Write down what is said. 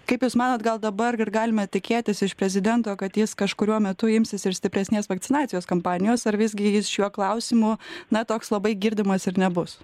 kaip jūs manot gal dabar ir galime tikėtis iš prezidento kad jis kažkuriuo metu imsis ir stipresnės vakcinacijos kampanijos ar visgi jis šiuo klausimu na toks labai girdimas ir nebus